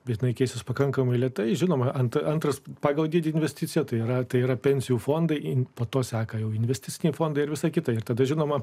bet laikysis pakankamai lėtai žinoma ant antros pagal dydį investicija tai yra tai yra pensijų fondai ir po to sako jau investiciniai fondai ir visa kita ir tada žinoma